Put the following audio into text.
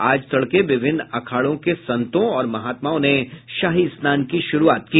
आज तड़के विभिन्न अखाड़ों के संतों और महात्माओं ने शाही स्नान की शुरूआत की